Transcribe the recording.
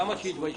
למה שיתביישו?